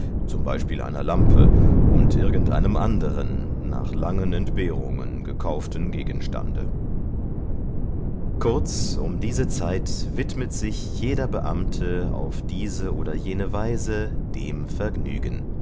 zum beispiel einer lampe und irgendeinem anderen nach langen entbehrungen gekauften gegenstande kurz um diese zeit widmet sich jeder beamte auf diese oder jene weise dem vergnügen